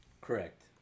Correct